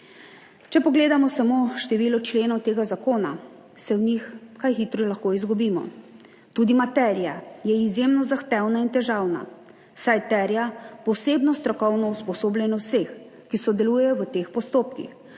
Če pogledamo samo število členov tega zakona, se v njih kaj hitro lahko izgubimo, tudi materija je izjemno zahtevna in težavna, saj terja posebno strokovno usposobljenost vseh, ki sodelujejo v teh postopkih,